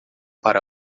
para